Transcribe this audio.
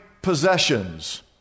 possessions